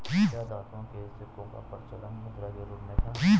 क्या धातुओं के सिक्कों का प्रचलन मुद्रा के रूप में था?